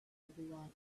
everyone